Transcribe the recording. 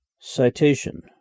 Citation